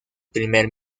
primer